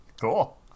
Cool